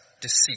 deceit